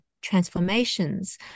transformations